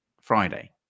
Friday